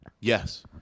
Yes